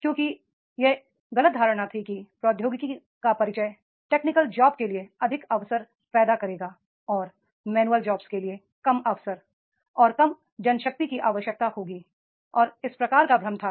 क्योंकि यह गलत धारणा थी कि प्रौद्योगिकी का परिचय टेक्निकल जॉब्स के लिए अधिक अवसर पैदा करेगा और मैनुअल जॉब्स के लिए कम अवसर और कम जनशक्ति की आवश्यकता होगी और इस प्रकार का भ्रम था